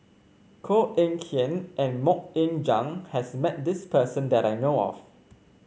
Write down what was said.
Koh Eng Kian and MoK Ying Jang has met this person that I know of